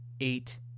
eight